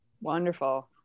Wonderful